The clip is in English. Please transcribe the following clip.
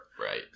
Right